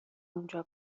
اونجا